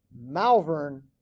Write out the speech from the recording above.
Malvern